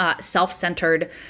self-centered